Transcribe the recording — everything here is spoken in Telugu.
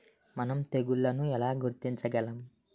మనం తెగుళ్లను ఎలా గుర్తించగలం?